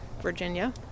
Virginia